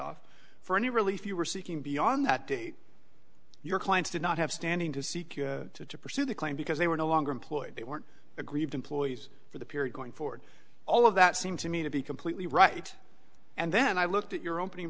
cutoff for any relief you were seeking beyond that to your clients did not have standing to seek to pursue the claim because they were no longer employed they weren't aggrieved employees for the period going forward all of that seem to me to be completely right and then i looked at your opening